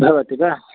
भवति वा